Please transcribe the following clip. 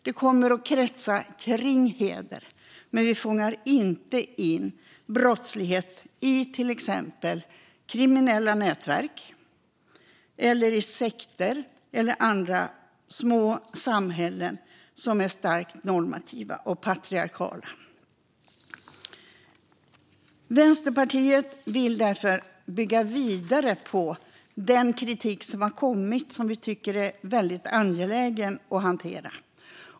Det kommer att kretsa kring heder, men vi fångar inte in brottslighet i till exempel kriminella nätverk, sekter eller andra små samhällen som är starkt normativa och patriarkala. Vi i Vänsterpartiet vill därför bygga vidare på den kritik som har kommit, som vi tycker är väldigt angelägen att hantera.